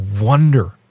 wonder